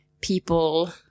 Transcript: people